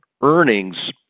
earnings